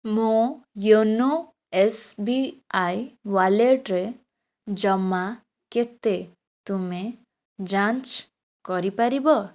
ମୋ YONO S B I ୱାଲେଟରେ ଜମା କେତେ ତୁମେ ଯାଞ୍ଚ କରି ପାରିବ